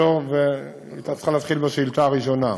היא הייתה צריכה להתחיל בשאילתה הראשונה.